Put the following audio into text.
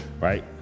right